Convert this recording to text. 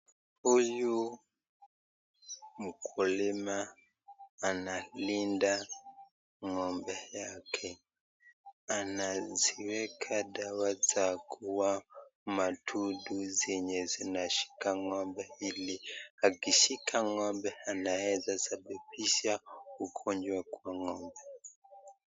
Huyu mkulima analinda ng'ombe yake anaziweka dawa za kuua madudu zenye zinashika ng'ombe ili akishikwa ng'ombe anaeza sababisha ugonjwa kwa ng'ombe.